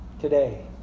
today